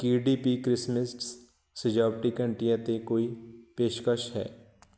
ਕੀ D P Christmas ਸਜਾਵਟੀ ਘੰਟੀਆਂ 'ਤੇ ਕੋਈ ਪੇਸ਼ਕਸ਼ ਹੈ